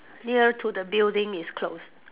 near to the building is closed